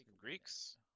Greeks